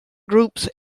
groups